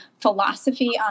philosophy